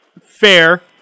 Fair